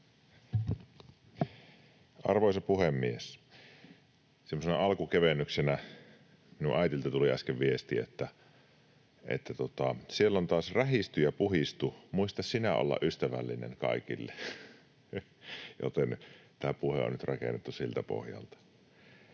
Arvoisa puhemies! Semmoisena alkukevennyksenä: minun äidiltäni tuli äsken viesti: ”Siellä on taas rähisty ja puhistu, muista sinä olla ystävällinen kaikille”. Joten tämä puhe on nyt rakennettu siltä pohjalta.